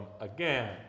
again